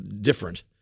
different